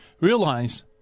realize